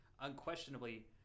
unquestionably